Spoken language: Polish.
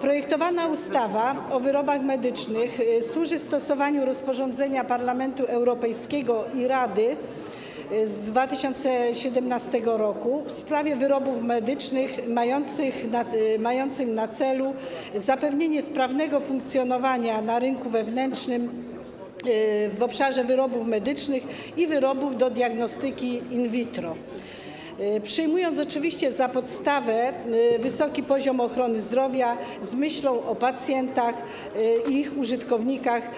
Projektowana ustawa o wyrobach medycznych służy stosowaniu rozporządzenia Parlamentu Europejskiego i Rady z 2017 r. w sprawie wyrobów medycznych mających na celu zapewnienie sprawnego funkcjonowania na rynku wewnętrznym w obszarze wyrobów medycznych i wyrobów do diagnostyki in vitro, przyjmując oczywiście za podstawę wysoki poziom ochrony zdrowia z myślą o pacjentach i użytkownikach,